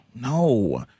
no